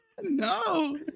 No